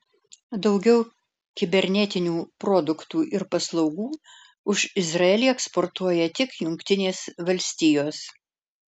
daugiau kibernetinių produktų ir paslaugų už izraelį eksportuoja tik jungtinės valstijos